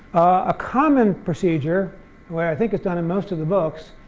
a common procedure where i think it's done in most of the books,